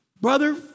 Brother